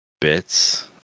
bits